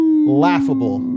Laughable